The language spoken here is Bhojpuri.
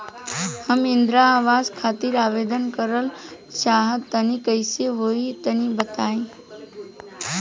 हम इंद्रा आवास खातिर आवेदन करल चाह तनि कइसे होई तनि बताई?